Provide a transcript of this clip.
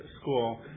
school